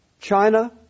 China